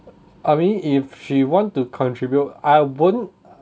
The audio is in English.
I mean if she want to contribute I wouldn't